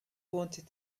wanted